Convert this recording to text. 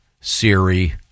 Siri